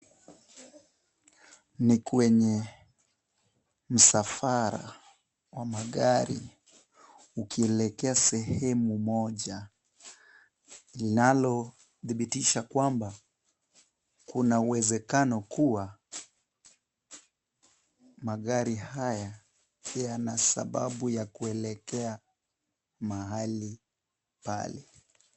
Ni kwenye msafara wa magari ukielekea sehemu moja linalodhibitisha kwamba, kuna uwezekano kuwa magari haya yana sababu yakuelekea mahali pale.